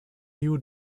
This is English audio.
new